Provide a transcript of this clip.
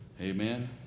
Amen